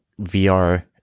vr